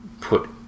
put